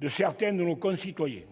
de certains de nos concitoyens.